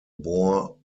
bore